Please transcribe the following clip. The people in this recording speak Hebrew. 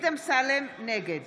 נגד